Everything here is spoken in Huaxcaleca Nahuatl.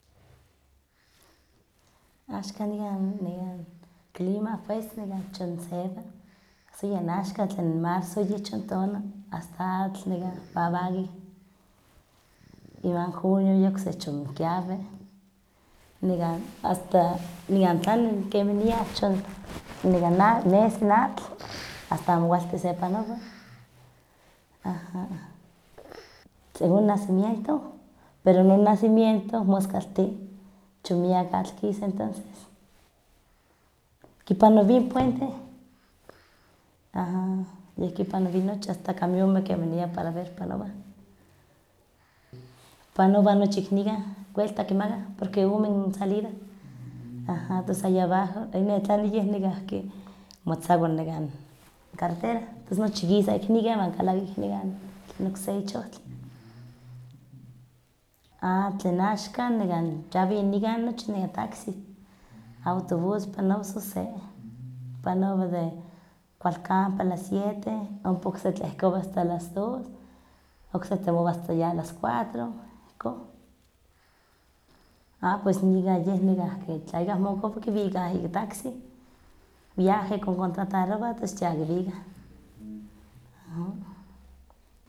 Axkan nikan nekah clima pues achon sewa, soyen axkan, tlen marzo yeh achon tona, asta atl nekah wawali. Iwan julio so yeh achon kiawi, nekan asta nikan tlani achon nekan nesi n atl, asta amo kualti sepanowa, aha. Según nacimiento, pero non nacimiento moskalti, achon nekan atl kisa entonces. Kipanowi puente, aha, yeh kipanowi nochi asta camiomeh kemanian para ver panowah. Panowah nochi ik nikan, welta kimakah, porque omen salida, aha, tos allá abajo, vaya netlani yeh nekahki motzakua nekah carretera, tos nochi kisa ik nikan iwan kalaki ik nikan tlani okse ich ohtli. Ah tlen axkan yawih nikan nochi ika taxi, autobús panowa son se, panowa de kualkampan a las siete, ompa okse tlehkowa asta las dos, okse temowa ya asta las cuatro, ihkon. Ah pues nikan yeh nekahki tla ikah mokokowa kiwikah ika taxi, viaje koncontratarobah tos ya kiwikah, aha.